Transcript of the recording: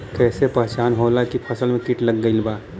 कैसे पहचान होला की फसल में कीट लग गईल बा?